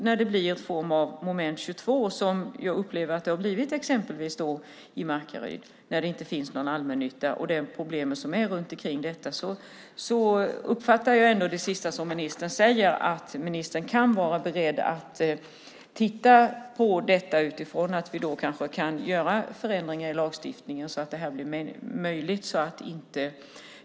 När det blir en form av moment 22, som jag upplever att det har blivit i Markaryd där det inte finns någon allmännytta, och med de problem som blir, uppfattar jag det sista som ministern säger som att ministern är beredd att titta på om vi kan göra förändringar i lagstiftningen så att detta blir möjligt.